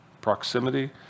proximity